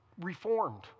reformed